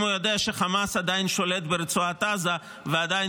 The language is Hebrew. אם הוא יודע שחמאס עדיין שולט ברצועת עזה ועדיין